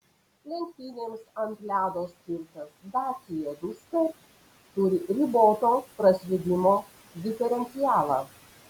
lenktynėms ant ledo skirtas dacia duster turi riboto praslydimo diferencialą